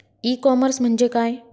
E commerce म्हणजे काय?